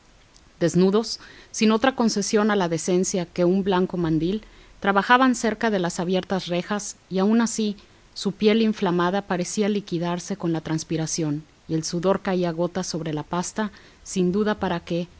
desnudos sin otra concesión a la decencia que un blanco mandil trabajaban cerca de las abiertas rejas y aun así su piel inflamada parecía liquidarse con la transpiración y el sudor caía a gotas sobre la pasta sin duda para que